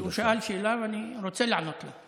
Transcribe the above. הוא שאל שאלה ואני רוצה לענות לו,